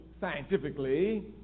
scientifically